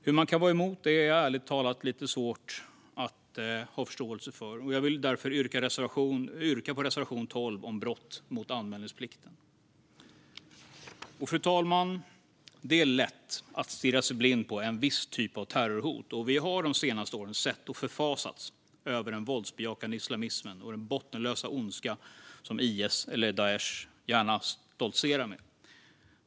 Hur man kan vara emot detta är ärligt talat lite svårt att ha förståelse för. Jag vill därför yrka bifall till reservation 12 om brott mot anmälningsplikten. Fru talman! Det är lätt att stirra sig blind på en viss typ av terrorhot. Vi har de senaste åren sett och förfasats över den våldsbejakande islamismen och den bottenlösa ondska som IS eller Daish gärna stoltserar med.